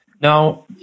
Now